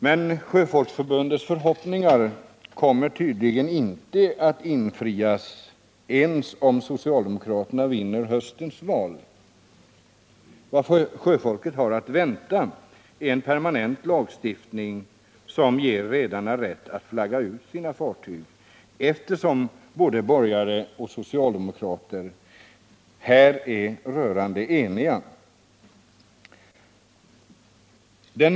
Men Sjöfolksförbundets förhoppningar kommer tydligen inte att infrias ens om socialdemokraterna vinner höstens val. Vad sjöfolket har att vänta är en permanent lagstiftning som ger redarna rätt att flagga ut sina fartyg, eftersom både borgare och socialdemokrater här är rörande eniga.